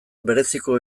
bereziko